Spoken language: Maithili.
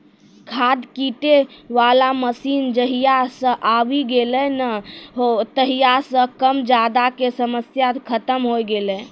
खाद छीटै वाला मशीन जहिया सॅ आबी गेलै नी हो तहिया सॅ कम ज्यादा के समस्या खतम होय गेलै